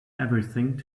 everything